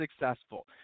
successful